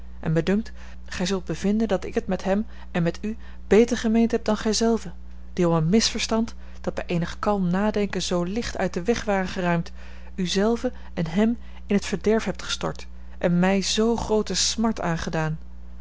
en mij dunkt gij zult bevinden dat ik het met hem en met u beter gemeend heb dan gij zelve die om een misverstand dat bij eenig kalm nadenken zoo licht uit den weg ware geruimd u zelve en hem in t verderf hebt gestort en mij zoo groote smart aangedaan